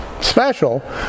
special